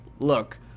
look